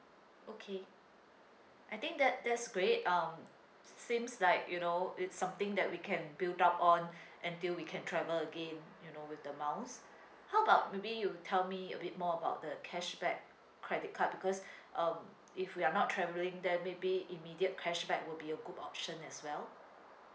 okay I think that that's great um seems like you know it's something that we can build up on until we can travel again you know with the miles how about maybe you tell me a bit more about the cashback credit card because uh if we are not travelling then maybe immediate cashback would be a good option as well